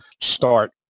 start